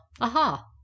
aha